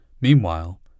meanwhile